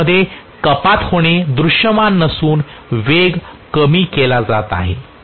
टॉर्कमध्ये कपात होणे दृश्यमान नसून वेग कमी केला जात आहे